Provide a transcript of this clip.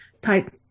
type